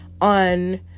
On